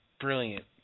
Brilliant